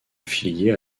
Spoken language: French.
affiliés